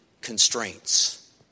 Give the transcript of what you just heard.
constraints